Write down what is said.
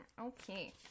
Okay